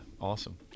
Awesome